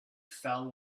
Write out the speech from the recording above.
fell